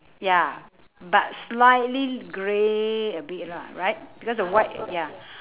ya but slightly grey a bit lah right because the white ya